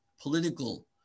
political